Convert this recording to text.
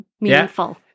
meaningful